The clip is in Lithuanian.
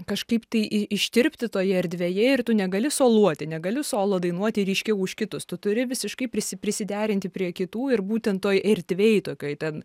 kažkaip tai i ištirpti toje erdvėje ir tu negali soluoti negaliu solo dainuoti aiškiau už kitus tu turi visiškai prisi prisiderinti prie kitų ir būtent toj erdvėj tokioj ten